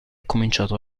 cominciato